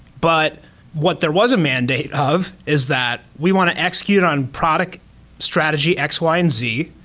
but what there was a mandate of is that we want to execute on product strategy x, y, and z.